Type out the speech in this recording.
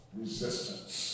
resistance